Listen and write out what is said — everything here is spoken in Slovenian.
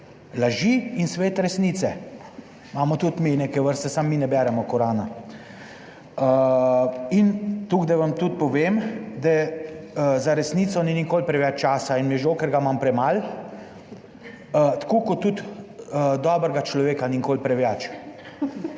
laži in svet resnice. Imamo tudi mi neke vrste, samo mi ne beremo Korana. In tako da vam tudi povem, da za resnico ni nikoli preveč časa in mi je žal, ker ga imam premalo, tako kot tudi dobrega človeka ni nikoli preveč.